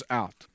out